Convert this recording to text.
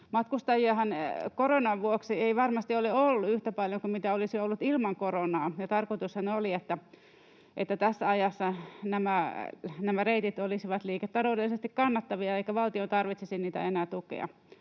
Matkustajiahan koronan vuoksi ei varmasti ole ollut yhtä paljon kuin mitä olisi ollut ilman koronaa, ja tarkoitushan oli, että tässä ajassa nämä reitit olisivat liiketaloudellisesti kannattavia eikä valtion tarvitsisi niitä enää tukea.